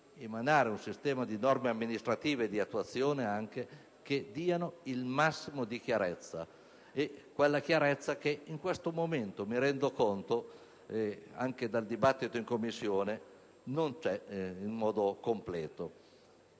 emanare un sistema di norme amministrative e di attuazione che creino il massimo di chiarezza: quella chiarezza che in questo momento (me ne sono reso conto anche dal dibattito in Commissione) non c'è in modo completo.